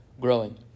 growing